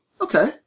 okay